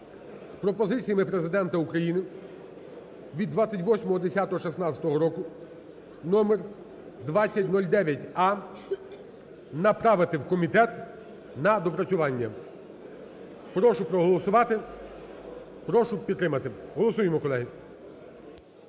з пропозиціями Президента України від 28.10.2016 року (номер 2009а) направити в комітет на доопрацювання. Прошу проголосувати, прошу підтримати. Голосуємо, колеги.